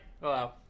Hello